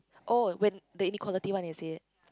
oh when the inequality one is it